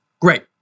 Great